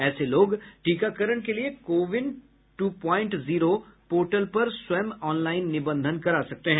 ऐसे लोग टीकाकरण के लिये CoWIN two point zero portal पर स्वयं ऑनलाईन निबंधन करा सकते हैं